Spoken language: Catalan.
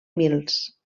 mils